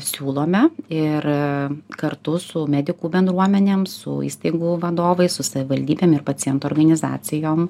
siūlome ir kartu su medikų bendruomenėm su įstaigų vadovais su savivaldybėm ir paciento organizacijom